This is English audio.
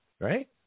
right